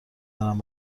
دارم